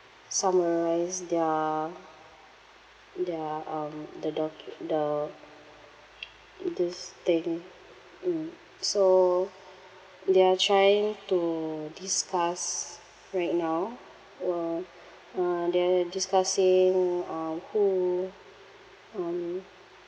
summarise their their um the docu~ the this thing mm so they're trying to discuss right now who were uh they're discussing uh who um